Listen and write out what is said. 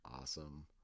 Awesome